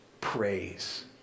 praise